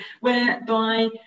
whereby